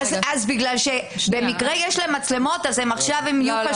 במקרה יש להם מצלמות ולכן הם עכשיו יהיו חשודים?